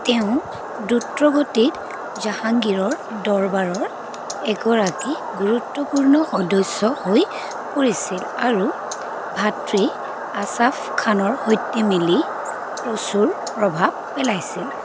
তেওঁ দ্ৰুতগতিত জাহাংগীৰৰ দৰবাৰৰ এগৰাকী গুৰুত্বপূৰ্ণ সদস্য হৈ পৰিছিল আৰু ভাতৃ আছাফ খানৰ সৈতে মিলি প্ৰচুৰ প্ৰভাৱ পেলাইছিল